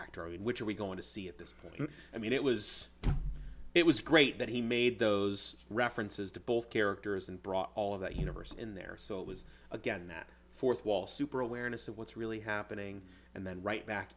mean which are we going to see at this point i mean it was it was great that he made those references to both characters and brought all of that universe in there so it was again that fourth wall super awareness of what's really happening and then right back